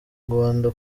rwanda